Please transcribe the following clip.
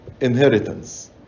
inheritance